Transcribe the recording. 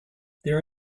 there